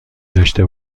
داشته